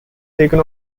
taken